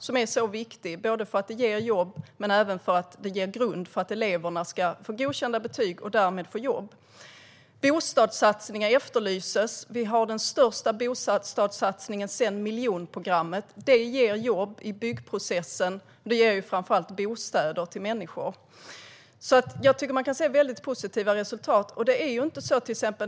Det är viktigt för att det ger jobb men också för att det lägger en grund för att eleverna ska få godkända betyg och därmed få jobb. Bostadssatsningar efterlyses. Vi har den största bostadssatsningen sedan miljonprogrammet. Det ger jobb i byggprocessen och framför allt bostäder till människor. Man kan se väldigt positiva resultat.